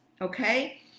Okay